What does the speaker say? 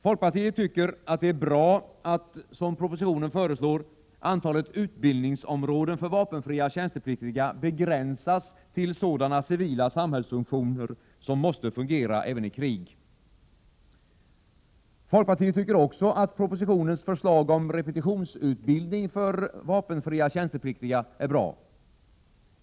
Folkpartiet tycker att det är bra att — som föreslås i propositionen — antalet utbildningsområden för vapenfria tjänstepliktiga begränsas till sådana civila samhällsfunktioner som måste fungera även i krig. Folkpartiet tycker också att förslaget om repetitionsutbildning för vapenfria tjänstepliktiga är bra.